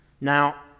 Now